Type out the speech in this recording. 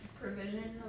Provision